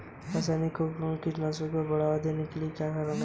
रासायनिक उर्वरकों व कीटनाशकों के प्रयोग को बढ़ावा देने का क्या कारण था?